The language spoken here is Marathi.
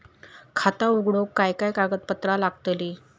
खाता उघडूक काय काय कागदपत्रा लागतली?